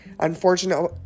Unfortunately